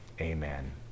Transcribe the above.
Amen